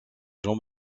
jean